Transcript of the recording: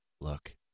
look